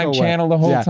um channel the whole yeah